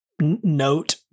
note